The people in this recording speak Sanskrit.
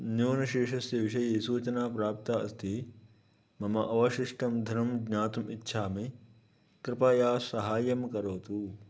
न्यूनशेषस्य विषये सूचना प्राप्ता अस्ति मम अवशिष्टं धनं ज्ञातुम् इच्छामि कृपया साहायं करोतु